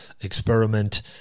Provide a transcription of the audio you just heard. experiment